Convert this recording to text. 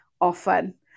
often